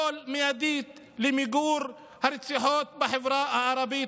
מיידית למיגור הרציחות בחברה הערבית.